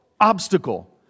obstacle